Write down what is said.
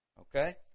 Okay